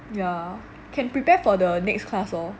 ya can prepare for the next class lor